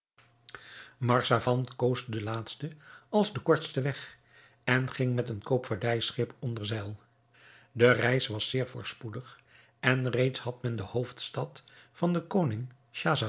marzavan koos de laatste als den kortsten weg en ging met een koopvaardijschip onder zeil de reis was zeer voorspoedig en reeds had men de hoofdstad van den koning